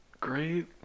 great